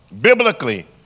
biblically